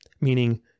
meaning